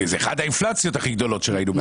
זה אחד האינפלציות הכי גדולות שראינו.